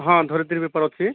ହଁ ଧରିତ୍ରୀ ପେପର୍ ଅଛି